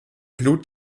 blut